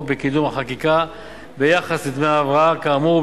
בקידום החקיקה ביחס לדמי ההבראה כאמור,